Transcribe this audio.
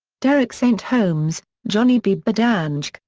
derek st. holmes, johnny bee badanjek,